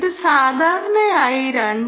ഇത് സാധാരണയായി 2